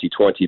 2020